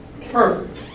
Perfect